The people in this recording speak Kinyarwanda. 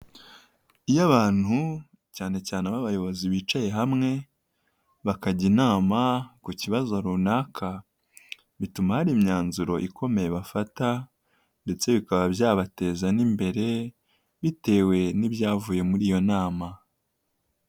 Iyo abantu cyane cyane ab'abayobozi bicaye hamwe bakajya inama ku kibazo runaka, bituma hari imyanzuro ikomeye bafata ndetse bikaba byabateza n'imbere bitewe n'ibyavuye muri iyo nama.